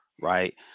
right